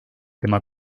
tema